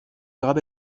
gab